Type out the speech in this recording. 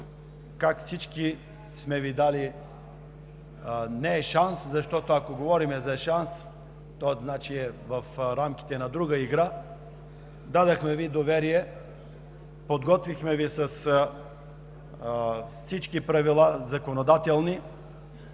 как всички сме Ви дали не шанс, защото, ако говорим за шанс, то значи е в рамките на друга игра – дадохме Ви доверие, подготвихме Ви с всички законодателни